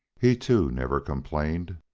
he, too, never complained.